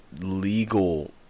legal